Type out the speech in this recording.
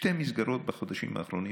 שתי מסגרות נסגרו בחודשים האחרונים,